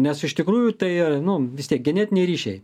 nes iš tikrųjų tai nu vis tiek genetiniai ryšiai